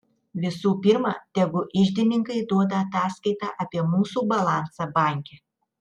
visų pirma tegu iždininkai duoda ataskaitą apie mūsų balansą banke